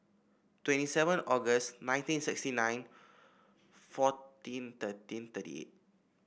twenty seven August nineteen sixty nine fourteen thirteen thirty eight